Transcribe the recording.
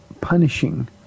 punishing